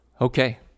Okay